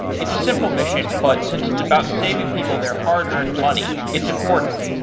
it's a simple mission, but since it's about saving people their hard earned money, it's important.